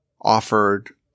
offered